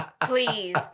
Please